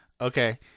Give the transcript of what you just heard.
Okay